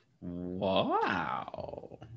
Wow